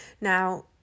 Now